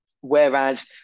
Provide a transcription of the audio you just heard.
whereas